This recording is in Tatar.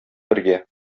бергә